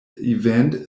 event